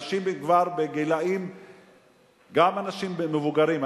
גם אנשים בגילים מבוגרים,